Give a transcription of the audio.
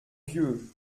vieux